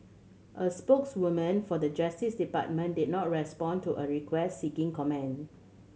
a spokeswoman for the Justice Department did not respond to a request seeking comment